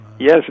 Yes